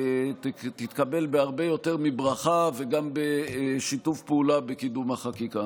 תתקבל בהרבה יותר מברכה וגם בשיתוף פעולה בקידום החקיקה.